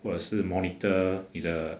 或者是 monitor 你的